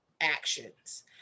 actions